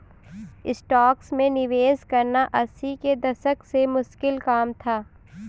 stocks में निवेश करना अस्सी के दशक में मुश्किल काम था